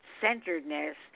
centeredness